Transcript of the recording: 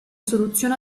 soluzione